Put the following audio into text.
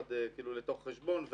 ביחד לתוך החשבון,